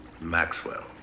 Maxwell